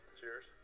Cheers